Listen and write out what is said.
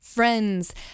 Friends